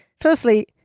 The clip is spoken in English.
firstly